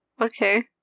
Okay